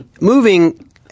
moving